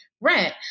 rent